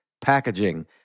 packaging